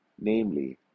namely